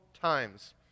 times